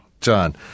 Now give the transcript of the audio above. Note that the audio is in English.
John